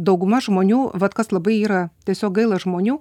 dauguma žmonių vat kas labai yra tiesiog gaila žmonių